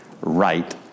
right